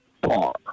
Bar